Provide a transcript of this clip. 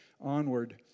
onward